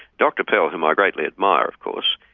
dr pell whom i greatly admire of course,